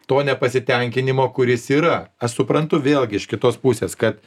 to nepasitenkinimo kuris yra aš suprantu vėlgi iš kitos pusės kad